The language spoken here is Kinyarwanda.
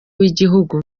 w’igihugu